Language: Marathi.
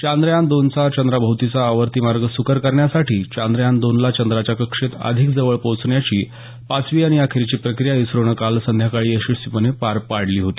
चांद्रयान दोनचा चंद्राभोवतीचा आवर्ती मार्ग सुकर करण्यासाठी चांद्रयान दोनला चंद्राच्या कक्षेत अधिक जवळ पोहोचवण्याची पाचवी आणि अखेरची प्रक्रीया इस्त्रोनं काल संध्याकाळी यशस्वीपणे पार पाडली होती